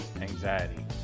anxiety